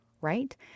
right